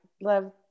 love